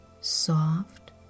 soft